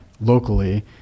locally